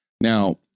Now